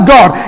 God